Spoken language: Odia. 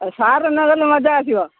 ଆଉ ସାର୍ ନ ଗଲେ ମଜା ଆସିବ